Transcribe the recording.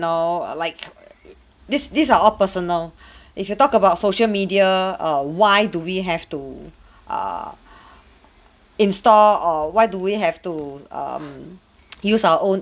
know like err this these are all personal if you talk about social media err why do we have to err install or why do we have to um use our own